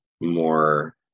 More